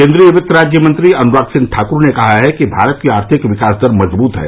केन्द्रीय वित्त राज्यमंत्री अनुराग सिंह ठाकुर ने कहा है कि भारत की आर्थिक विकास दर मजबुत है